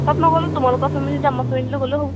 চব নগ'লে তোমালোকৰ ফেমিলি যাম আমাৰ ফেমিলি গৈলেও হ'ব